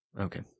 Okay